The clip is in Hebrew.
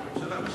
אז הממשלה משיבה.